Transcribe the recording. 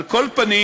על כל פנים,